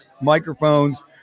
microphones